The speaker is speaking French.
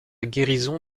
guérison